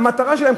המטרה שלהם,